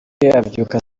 abyuka